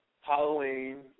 Halloween